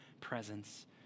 presence